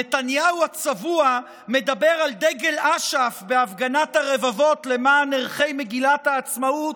נתניהו הצבוע מדבר על דגל אש"ף בהפגנת הרבבות למען ערכי מגילת העצמאות,